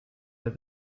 that